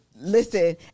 Listen